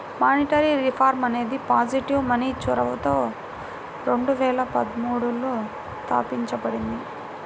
monetary reform అనేది positive money చొరవతో రెండు వేల పదమూడులో తాపించబడింది